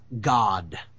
god